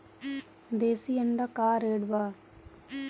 देशी अंडा का रेट बा?